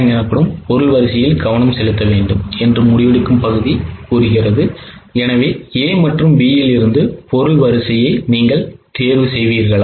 எனவே A மற்றும் B இல் இருந்து பொருள் வரிசையை நீங்கள் தேர்வு செய்வீர்களா